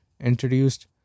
introduced